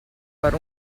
per